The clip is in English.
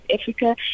Africa